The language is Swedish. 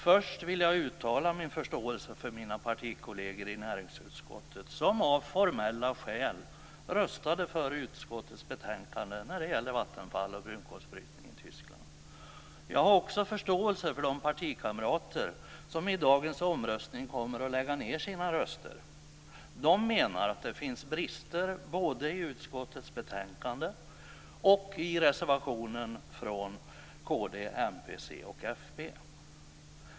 Först vill jag uttala min förståelse för mina partikolleger i näringsutskottet, som av formella skäl röstade för utskottets förslag i betänkandet när det gäller Jag har också förståelse för de partikamrater som i dagens omröstning kommer att lägga ned sina röster. De menar att det finns brister både i utskottets betänkande och i reservationen från kd, mp, c och fp.